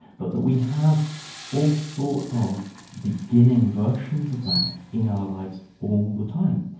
but that we have all sorts of beginning versions of that in our lives all the time.